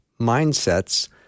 mindsets